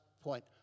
point